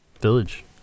village